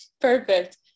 perfect